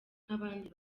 nk’abandi